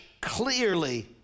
clearly